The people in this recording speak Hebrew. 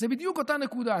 זה בדיוק אותה נקודה.